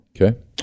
Okay